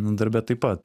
darbe taip pat